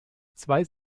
zwei